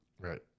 Right